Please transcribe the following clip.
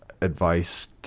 advice